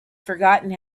forgotten